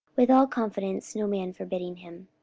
with all confidence, no man forbidding him.